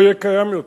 לא יהיה קיים יותר.